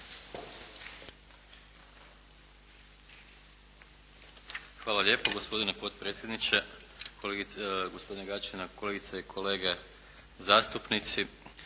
Hvala lijepo. Gospodine potpredsjedniče, gospodine Gačina, kolegice i kolege zastupnici